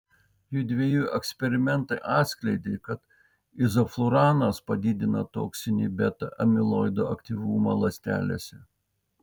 jųdviejų eksperimentai atskleidė kad izofluranas padidina toksinį beta amiloido aktyvumą ląstelėse